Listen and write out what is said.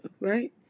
right